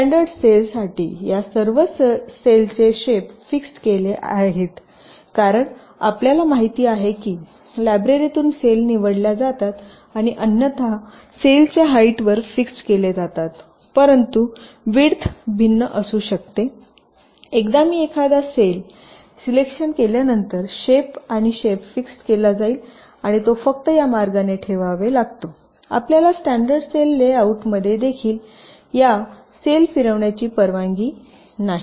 परंतु स्टॅंडर्ड सेलसाठी परंतु या सर्व सेलचे शेप फिक्स्ड केले गेले आहेत कारण आपल्याला माहिती आहे की लायब्रेरीतून सेल निवडल्या जातात आणि अन्यथा सेलच्या हाईटवर फिक्स्ड केले जातात परंतु विड्थ भिन्न असू शकते परंतु एकदा मी एखादा सेल सिलेक्शन केल्यानंतर शेप आणि शेप फिक्स्ड केला जाईल आणि तो फक्त या मार्गाने ठेवावा लागतो आपल्याला स्टॅंडर्ड सेल लेआउट मध्ये देखील या सेल फिरवण्याची परवानगी नाही